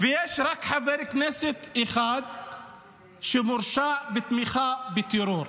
ויש רק חבר כנסת אחד שהורשע בתמיכה בטרור.